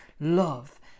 love